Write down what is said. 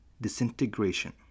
Disintegration